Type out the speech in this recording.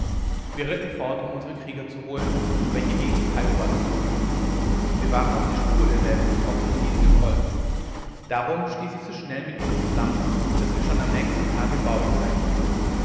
wir ritten fort um unsere krieger zu holen welche gegen die kiowas zogen sie waren auf die spur derselben getroffen und ihnen gefolgt darum stieß ich so schnell mit ihnen zusammen daß wir schon am nächsten tage bei euch sein konnten